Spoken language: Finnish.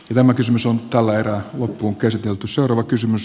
tämä kysymys on tällä erää ja tuottavuutta